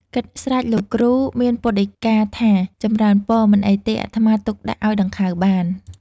គិតស្រេចលោកគ្រូមានពុទ្ធដីកាថា "ចម្រើនពរ! មិនអីទេ អាត្មាទុកដាក់ឲ្យដង្ខៅបាន"។